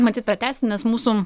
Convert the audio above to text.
matyt pratęsti nes mūsų